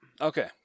Okay